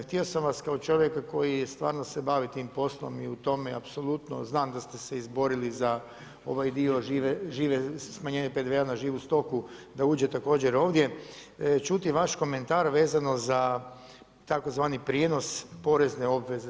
Htio sam vas kao čovjeka koji stvarno se bavi tim poslom i u tome i apsolutno znam da ste se izborili za ovaj dio žive, smanjenje PDV-a na živu stoku, da uđe također ovdje, čuti vaš komentar vezano za tzv. prijenos porezne obveze.